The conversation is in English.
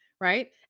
right